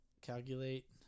Calculate